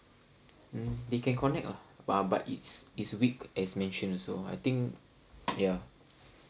mm they can connect lah but but its it's weak as mentioned so I think ya